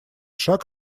шаг